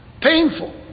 Painful